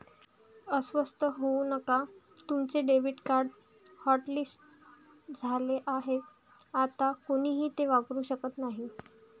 अस्वस्थ होऊ नका तुमचे डेबिट कार्ड हॉटलिस्ट झाले आहे आता कोणीही ते वापरू शकत नाही